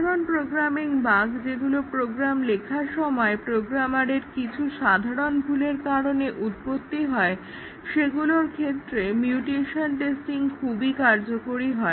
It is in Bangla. সাধারণ প্রোগ্রামিং বাগ্ যেগুলো প্রোগ্রাম লেখার সময় প্রোগ্রামারের কিছু সাধারন ভুলের কারণে উৎপন্ন হয় সেগুলির ক্ষেত্রে মিউটেশন টেস্টিং খুবই কার্যকরী হয়